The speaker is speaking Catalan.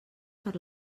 per